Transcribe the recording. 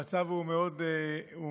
המצב מאוד חמור,